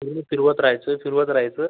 हळूहळू फिरवत रायचं फिरवत रायचं